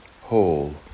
whole